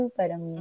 parang